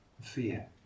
Fear